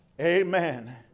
Amen